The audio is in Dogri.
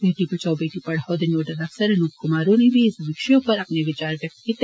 बेटी बचाओ बेटी पढ़ाओ दे नोडल अफसर अनूप कुमार होरें बी इस विशय उप्पर अपने विचार व्यक्त कीते